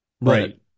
Right